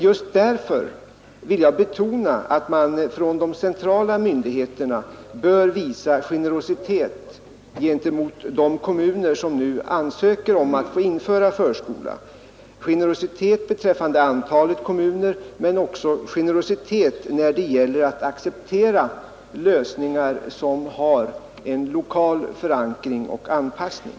Just därför vill jag betona att de centrala myndigheterna bör visa generositet gentemot de kommuner som nu ansöker om att få införa förskola, generositet såväl beträffande antalet kommuner som när det gäller att acceptera lösningar som har en lokal förankring och anpassning.